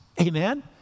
Amen